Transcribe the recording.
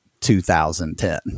2010